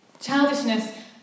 Childishness